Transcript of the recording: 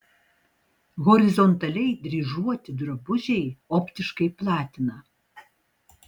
horizontaliai dryžuoti drabužiai optiškai platina